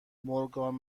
مورگان